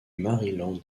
maryland